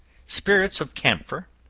spirits of camphor,